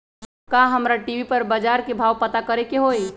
का हमरा टी.वी पर बजार के भाव पता करे के होई?